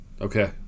Okay